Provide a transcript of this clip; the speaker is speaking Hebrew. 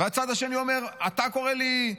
והצד השני אומר: אתה קורא לי,